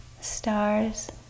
stars